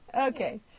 Okay